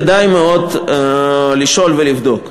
כדאי מאוד לשאול ולבדוק.